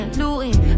looting